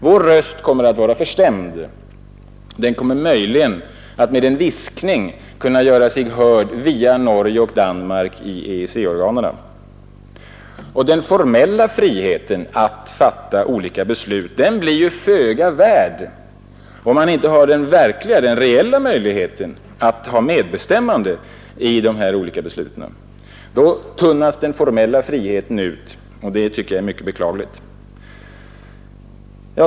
Vår röst kommer att vara förstämd. Den kommer möjligen att i en viskning kunna göra sig hörd via Norge och Danmark i EEC-organen. Den formella friheten att fatta olika beslut blir föga värd om man inte har den reella möjligheten till medbestämmande i dessa olika beslut; har man inte det tunnas den formella friheten ut — och det tycker jag är mycket beklagligt.